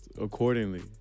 accordingly